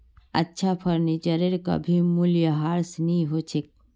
अच्छा फर्नीचरेर कभी मूल्यह्रास नी हो छेक